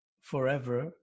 forever